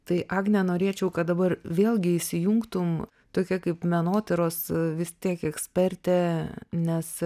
tai agne nenorėčiau kad dabar vėlgi įsijungtum tokia kaip menotyros vis tiek ekspertė nes